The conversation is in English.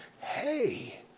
Hey